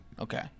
Okay